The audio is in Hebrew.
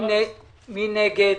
מי נגד?